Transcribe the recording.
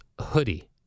Hoodie